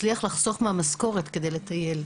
הצליח לחסוך מהמשכורת על מנת לצאת לטייל.